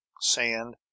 sand